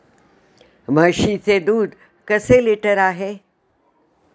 म्हशीचे दूध कसे लिटर आहे?